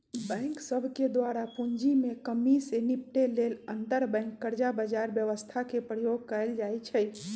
bank सभके द्वारा पूंजी में कम्मि से निपटे लेल अंतरबैंक कर्जा बजार व्यवस्था के प्रयोग कएल जाइ छइ